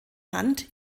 hand